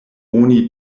oni